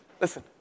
Listen